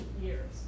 years